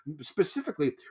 specifically